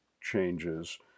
changes